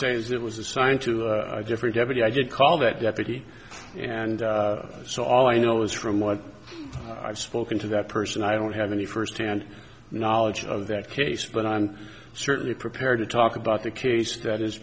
say is that was assigned to a different deputy i did call that deputy and so all i know is from what i've spoken to that person i don't have any firsthand knowledge of that case but i'm certainly prepared to talk about the case that is